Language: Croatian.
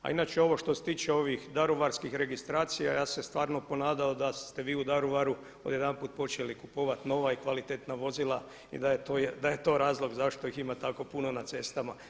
A inače ovo što se tiče ovih daruvarskih registracija, ja sam se stvarno ponadao da ste vi u Daruvaru odjedanput počeli kupovati nova i kvalitetna vozila i da je to razlog zašto ih ima tako puno na cestama.